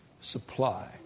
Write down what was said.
supply